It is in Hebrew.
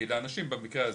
כי לאנשים במקרה הזה,